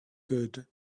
good